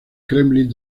kremlin